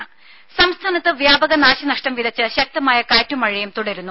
രുമ സംസ്ഥാനത്ത് വ്യാപക നാശനഷ്ടം വിതച്ച് ശക്തമായ കാറ്റും മഴയും തുടരുന്നു